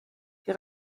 die